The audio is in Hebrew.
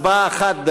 הצבעה אחת,